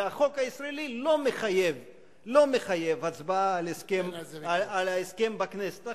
והחוק הישראלי לא מחייב הצבעה על ההסכם בכנסת.